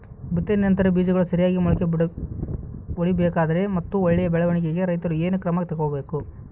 ಬಿತ್ತನೆಯ ನಂತರ ಬೇಜಗಳು ಸರಿಯಾಗಿ ಮೊಳಕೆ ಒಡಿಬೇಕಾದರೆ ಮತ್ತು ಒಳ್ಳೆಯ ಬೆಳವಣಿಗೆಗೆ ರೈತರು ಏನೇನು ಕ್ರಮ ತಗೋಬೇಕು?